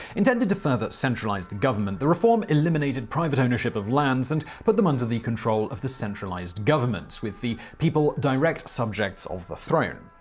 intended to further centralize the government, the reform eliminated private ownership of lands and put them under the control of the centralized government with the people direct subjects of the throne.